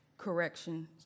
correction